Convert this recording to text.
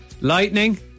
Lightning